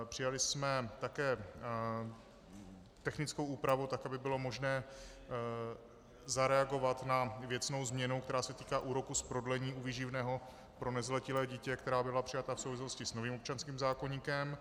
Přijali jsme také technickou úpravu, tak aby bylo možné zareagovat na věcnou změnu, která se týká úroku z prodlení u výživného pro nezletilé dítě, která byla přijata v souvislosti s novým občanským zákoníkem.